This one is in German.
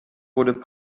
wurde